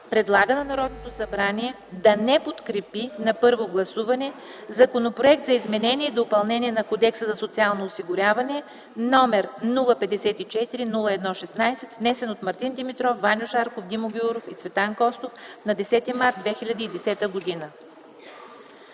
Предлага на Народното събрание да не подкрепи на първо гласуване Законопроект за изменение и допълнение на Кодекса за социално осигуряване, № 054-01-16, внесен от Мартин Димитров, Ваньо Шарков, Димо Гяуров и Цветан Костов на 10 март 2010 г.”